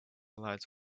lights